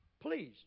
Please